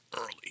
early